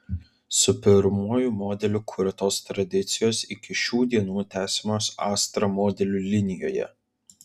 su pirmuoju modeliu kurtos tradicijos iki šių dienų tęsiamos astra modelių linijoje